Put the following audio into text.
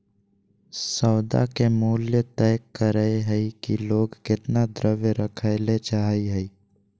सौदा के मूल्य तय करय हइ कि लोग केतना द्रव्य रखय ले चाहइ हइ